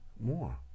More